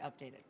updated